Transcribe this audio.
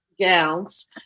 gowns